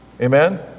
Amen